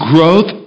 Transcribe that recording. Growth